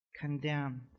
condemned